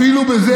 אפילו בזה,